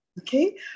okay